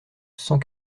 cent